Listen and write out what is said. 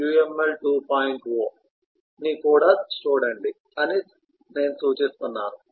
0 ని కూడా చూడండి అని నేను సూచిస్తున్నాను